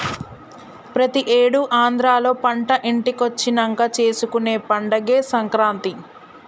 ప్రతి ఏడు ఆంధ్రాలో పంట ఇంటికొచ్చినంక చేసుకునే పండగే సంక్రాంతి